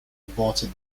aborted